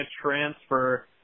transfer